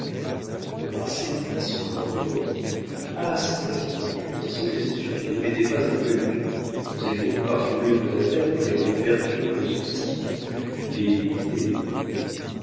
de marsay prit son lorgnon et dit ah c'est vrai je pensais que cette figure ne m'était pas inconnue vous allez donc parfumer vos affaires de quelque vertueux cosmétique les huiler